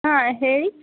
ಹಾಂ ಹೇಳಿ